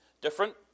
different